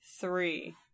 Three